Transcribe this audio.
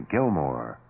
Gilmore